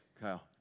Kyle